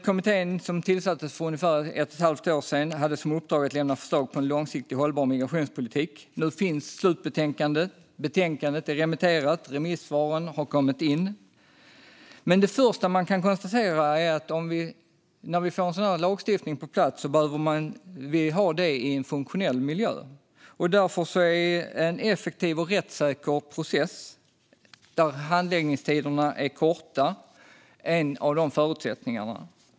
Kommittén, som tillsattes för ungefär ett och ett halvt år sedan, hade som uppdrag att lämna förslag på en långsiktigt hållbar migrationspolitik. Nu finns slutbetänkandet, det är remitterat och remissvaren har kommit in. Men det första man kan konstatera är att man när man får en sådan här lagstiftning på plats behöver ha den i en funktionell miljö. Därför är en effektiv och rättssäker process där handläggningstiderna är korta en av förutsättningarna.